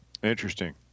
Interesting